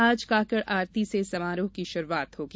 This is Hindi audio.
आज काकड आरती से समारोह की शुरूआत होगी